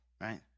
right